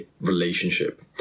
relationship